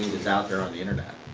out there on the internet.